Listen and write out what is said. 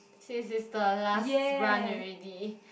she is is the last run already